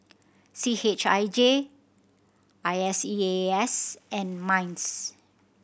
C H I J I S E A S and MINDS